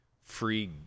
free